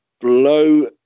blow